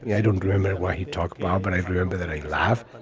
yeah i don't remember why he talked about. but i remember that i laugh.